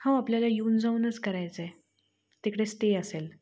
हो आपल्याला येऊन जाऊनच करायचंय तिकडे स्टे असेल